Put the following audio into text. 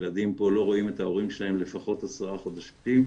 ילדים פה לא רואים את ההורים שלהם לפחות עשרה חודשים.